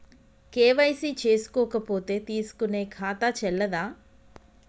KYC చేసుకోకపోతే తీసుకునే ఖాతా చెల్లదా?